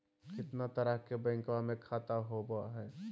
कितना तरह के बैंकवा में खाता होव हई?